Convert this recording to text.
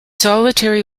solitary